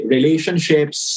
Relationships